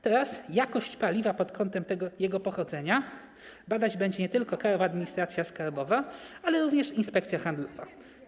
Teraz jakość paliwa pod kątem jego pochodzenia badać będzie nie tylko Krajowa Administracja Skarbowa, ale również Inspekcja Handlowa.